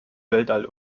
weltall